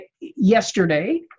yesterday